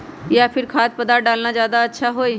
या फिर खाद्य पदार्थ डालना ज्यादा अच्छा होई?